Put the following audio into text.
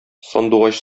сандугач